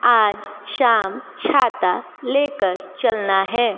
आज शाम छाता लेकर चलना है